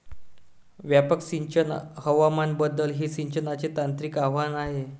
व्यापक सिंचन हवामान बदल हे सिंचनाचे तांत्रिक आव्हान आहे